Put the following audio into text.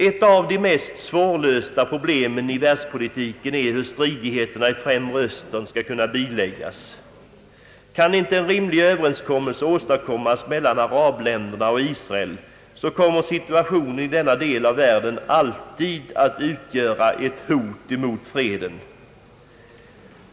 Ett av de mest svårlösta problemen i världspolitiken är hur stridigheterna i Mellersta Östern skall kunna biläggas. Kan inte en rimlig överenskommelse åstadkommas mellan arabländerna och Israel, kommer situationen i denna del av världen alltid att utgöra ett hot mot freden.